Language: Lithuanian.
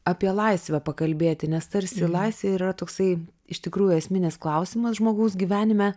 apie laisvę pakalbėti nes tarsi laisvė yra toksai iš tikrųjų esminis klausimas žmogaus gyvenime